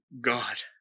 God